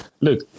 Look